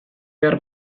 behar